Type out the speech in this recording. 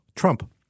Trump